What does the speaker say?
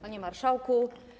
Panie Marszałku!